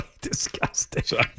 disgusting